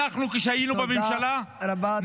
כשהיינו בממשלה, נתנו, תודה רבה.